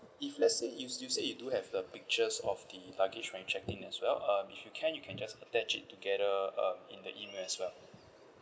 if let's say you you say you do have the pictures of the luggage when you check in as well um if you can you can just attach it together um in the email as well